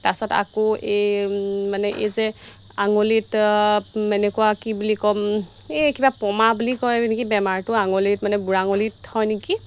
তাপাছত আকৌ এই মানে এই যে আঙুলিত এনেকুৱা কি বুলি ক'ম এই কিবা পমা বুলি কয় নেকি বেমাৰটো আঙুলিত মানে বুঢ়া আঙুলিত হয় নেকি